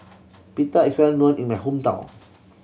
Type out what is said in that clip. pita is well known in my hometown